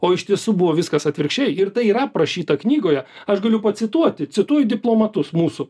o iš tiesų buvo viskas atvirkščiai ir tai yra aprašyta knygoje aš galiu pacituoti cituoju diplomatus mūsų